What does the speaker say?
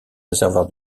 réservoir